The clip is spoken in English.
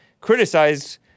criticized